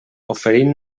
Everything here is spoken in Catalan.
oferint